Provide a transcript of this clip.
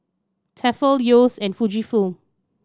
Tefal Yeo's and Fujifilm